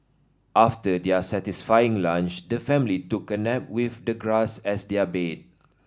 after their satisfying lunch the family took a nap with the grass as their bed